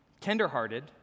tenderhearted